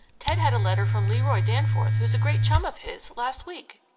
ted had a letter from leroy danforth, who is a great chum of his, last week.